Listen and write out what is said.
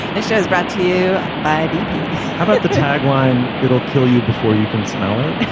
that shows brought to you by bp how about the tagline it'll kill you before you can smell it.